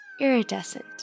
iridescent